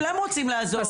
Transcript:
בבקשה